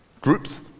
groups